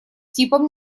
типом